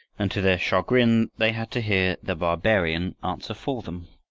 and to their chagrin they had to hear the barbarian answer for them.